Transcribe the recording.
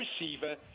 receiver